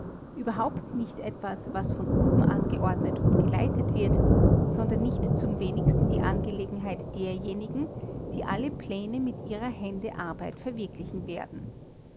überhaupt nicht etwas was von oben angeordnet und geleitet wird sondern nicht zum wenigsten die angelegenheit derjenigen die alle pläne mit ihrer hände arbeit verwirklichen werden